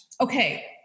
okay